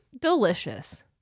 delicious